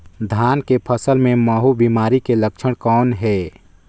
धान के फसल मे महू बिमारी के लक्षण कौन हे?